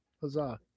huzzah